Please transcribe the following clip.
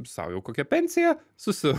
sau jau kokią pensiją susi